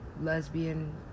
lesbian